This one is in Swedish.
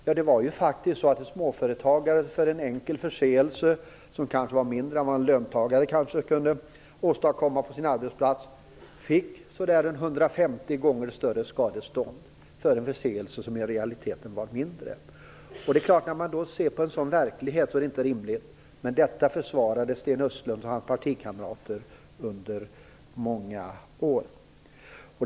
Ja, det var faktiskt så att småföretagare för en enkel förseelse, som kanske i realiteten var mindre än något en löntagare kunde åstadkomma på sin arbetsplats, fick ungefär 150 gånger större skadestånd. När man ser på en sådan verklighet inser man att det inte är rimligt, men detta försvarade Sten Östlund och hans partikamrater under många år.